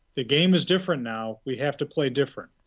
the game's different now, we have to play different.